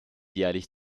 jährlich